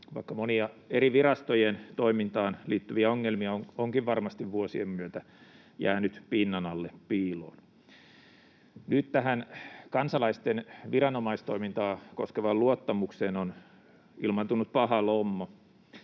vaikka monia eri virastojen toimintaan liittyviä ongelmia onkin varmasti vuosien myötä jäänyt pinnan alle piiloon. Nyt tähän kansalaisten viranomaistoimintaa koskevaan luottamukseen on ilmaantunut paha lommo.